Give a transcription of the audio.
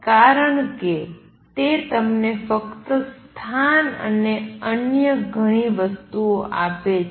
કારણ કે તે તમને ફક્ત સ્થાન અને અન્ય ઘણી વસ્તુઓ આપે છે